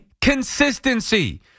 consistency